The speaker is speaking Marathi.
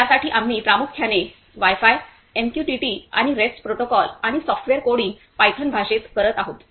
तर यासाठी आम्ही प्रामुख्याने वाय फाय एमक्यूटीटी आणि रेस्ट प्रोटोकॉल आणि सॉफ्टवेअर कोडिंग पायथन भाषेत करत आहोत